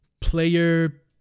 player